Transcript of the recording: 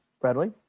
Bradley